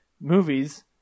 movies